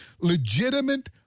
legitimate